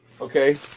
Okay